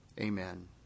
amen